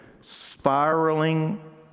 spiraling